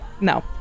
no